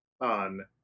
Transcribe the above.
On